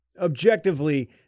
objectively